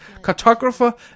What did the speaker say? cartographer